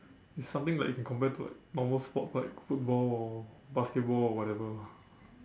it's something like you can compare to like normal sports like football or basketball or whatever